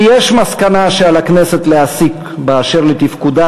אם יש מסקנה שעל הכנסת להסיק באשר לתפקודה